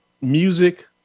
music